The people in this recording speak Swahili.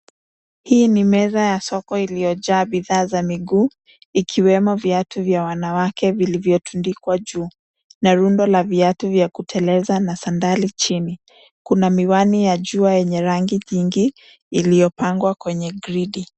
Hii ni meza ya soko iliyojaa bidhaa za miguu, ikiwemo viatu vya wanawake vilivyotundikwa juu. Na rundo la viatu vya kuteleza na sandari chini. Kuna miwani ya jua yenye rangi jingi iliyopangwa kwenye gridi.